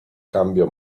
cambio